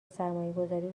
سرمایهگذاری